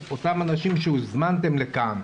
האנשים שהוזמנתם לכאן,